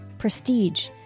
Prestige